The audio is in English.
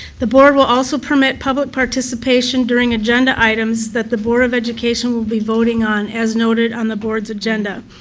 the board will also permit pubic participation during agenda items that the board of education will be voting on, as noted on the board's agenda.